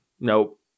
Nope